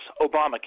Obamacare